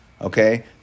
okay